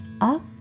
up